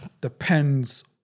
depends